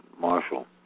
Marshall